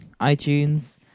iTunes